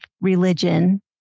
religion